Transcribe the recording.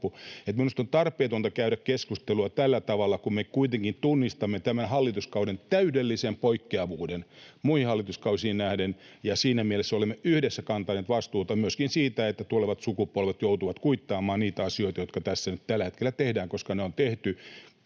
Minusta on tarpeetonta käydä keskustelua tällä tavalla, kun me kuitenkin tunnistamme tämän hallituskauden täydellisen poikkeavuuden muihin hallituskausiin nähden, ja siinä mielessä olemme yhdessä kantaneet vastuuta myöskin siitä, että tulevat sukupolvet joutuvat kuittaamaan niitä asioita, jotka tällä hetkellä tehdään, koska ne on tehty